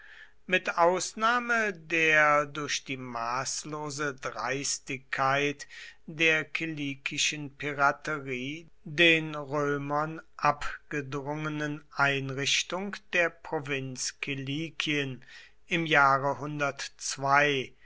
mit ausnahme der durch die maßlose dreistigkeit der kilikischen piraterie den römern abgedrungenen einrichtung der provinz kilikien im jahre